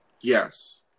Yes